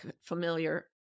familiar